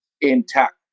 intact